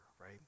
right